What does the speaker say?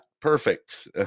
Perfect